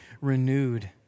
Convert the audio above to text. renewed